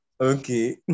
okay